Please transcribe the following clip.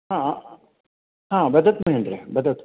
ह ह वदतु महेन्द्र वदतु